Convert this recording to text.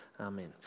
Amen